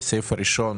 בסעיף הראשון